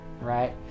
right